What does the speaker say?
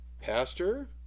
Pastor